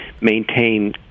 maintain